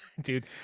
Dude